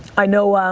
i know,